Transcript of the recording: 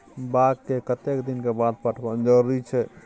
बाग के कतेक दिन के बाद पटवन जरूरी छै?